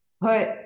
put